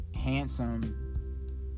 Handsome